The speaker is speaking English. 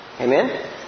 Amen